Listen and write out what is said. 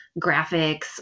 graphics